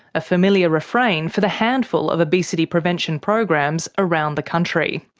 a familiar refrain for the handful of obesity prevention programs around the country.